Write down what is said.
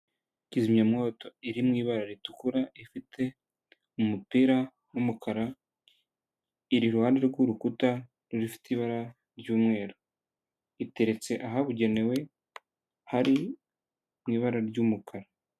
Kizimyamwoto iri mu ibara ritukura, ifite umupira w'umukara, iruhande rw'urukuta rufite ibara ry'umweru. Iteretse ahabugenewe hari mu ibara ry'umukara.